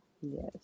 yes